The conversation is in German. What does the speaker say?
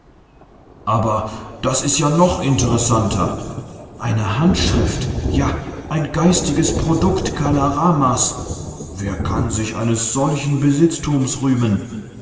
aber das ist ja noch interessanter eine handschrift ja ein geistiges produkt kala ramas wer kann sich eines solchen besitztums rühmen